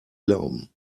glauben